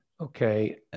Okay